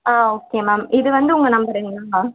ஆ okay ma'am இது வந்து உங்கள் நம்பருங்களா மேம்